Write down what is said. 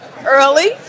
early